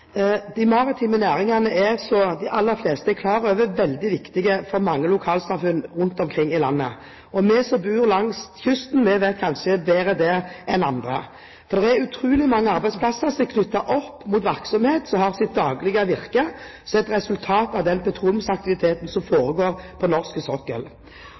De maritime næringene er, som de aller fleste er klar over, veldig viktige for mange lokalsamfunn rundt omkring i landet. Vi som bor langs kysten, vet det kanskje bedre enn andre. Det er utrolig mange som har sitt daglige virke på arbeidsplasser knyttet opp mot virksomheter som er et resultat av den petroleumsaktiviteten som foregår på norsk sokkel.